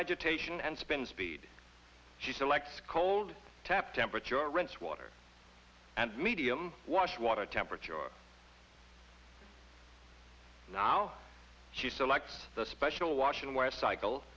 education and spin speed she selects cold tap temperature rinse water and medium wash water temperature now she selects the special washing where cycle